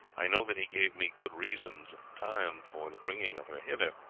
i know that he gave me good reasons at the time for the bringing of her hither,